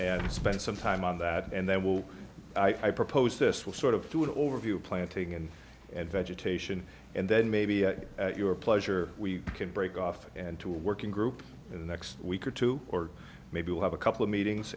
and spend some time on that and then will i proposed this will sort of do an overview of planting and vegetation and then maybe at your pleasure we can break off and to a working group in the next week or two or maybe we'll have a couple of meat things